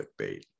clickbait